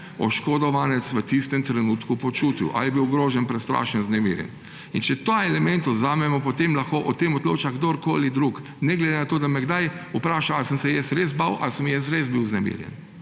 oškodovanec v tistem trenutku počutil, ali je bil ogrožen, prestrašen, vznemirjen. In če ta element odvzamemo, potem lahko o tem odloča kdorkoli, ne glede na to, da me kdo vpraša, ali sem se jaz res bal, ali sem jaz res bil vznemirjen.